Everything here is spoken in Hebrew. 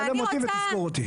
צלם אותי ותזכור אותי.